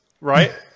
Right